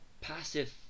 passive